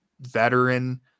veteran